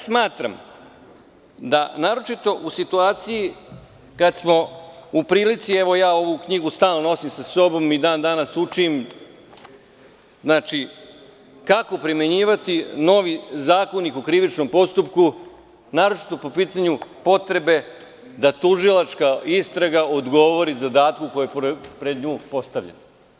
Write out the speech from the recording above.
Smatram da u situaciji kada smo u prilici, ovu knjigu stalno nosim sa sobom, i dan danas učim, kako primenjivati novi Zakonik o krivičnom postupku po pitanju potrebe da tužilačka istraga odgovori zadatku koji je pred nju postavljen.